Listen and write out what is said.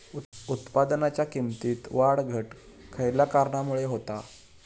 उत्पादनाच्या किमतीत वाढ घट खयल्या कारणामुळे होता?